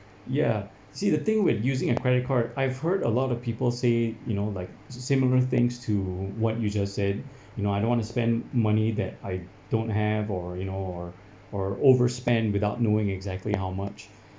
ya see the thing when using a credit card I've heard a lot of people say you know like similar things to what you just said you know I don't want to spend money that I don't have or you know or or overspend without knowing exactly how much